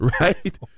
right